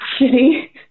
shitty